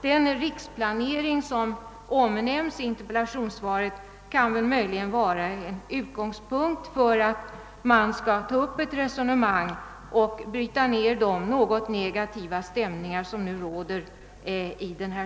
Den riksplanering som omnämns i interpellationssvaret kan väl möjligen utgöra utgångspunkt för ett resonemang och för eliminerandet av de något negativa stämningar som nu råder.